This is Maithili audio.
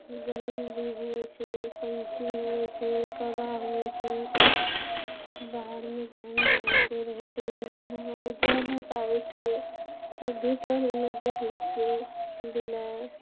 गरुर भी होइ छै पक्षी होइ छै कागा होइ छै बाहरमे जेहेन जेहेनके रहै छै ओहेन हमरा आरू जेहने ता उठिके तबभी तऽ हम्मे देख लै छियै बिलाइ